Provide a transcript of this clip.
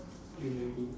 greenery